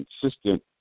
consistent